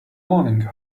morning